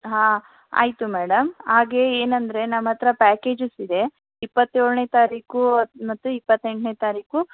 ಹಾಂ ಆಯಿತು ಮೇಡಮ್ ಹಾಗೆ ಏನೆಂದರೆ ನಮ್ಮ ಹತ್ರ ಪ್ಯಾಕೇಜಸ್ ಇದೆ ಇಪ್ಪತ್ತೇಳನೇ ತಾರೀಖು ಮತ್ತು ಇಪ್ಪತ್ತೆಂಟನೇ ತಾರೀಖು